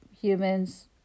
humans